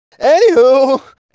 Anywho